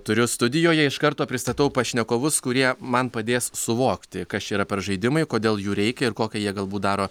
turiu studijoje iš karto pristatau pašnekovus kurie man padės suvokti kas čia yra per žaidimai kodėl jų reikia ir kokią jie galbūt daro